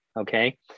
Okay